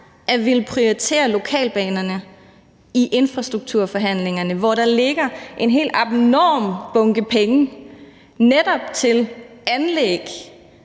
at ville prioritere lokalbanerne i infrastrukturforhandlingerne, hvor der ligger en helt abnorm bunke penge netop til anlæg